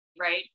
Right